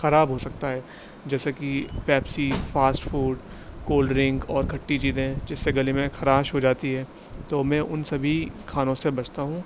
خراب ہو سکتا ہے جیسے کہ Pepsi fast food cold drink اور کھٹی چیزیں جس سے گلے میں خراش ہو جاتی ہے تو میں ان سبھی کھانوں سے بچتا ہوں